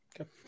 Okay